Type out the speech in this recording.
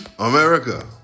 America